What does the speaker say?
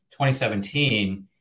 2017